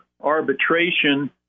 arbitration